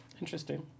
interesting